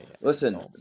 Listen